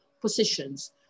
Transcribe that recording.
positions